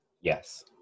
Yes